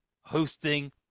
hosting